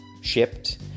shipped